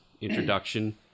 introduction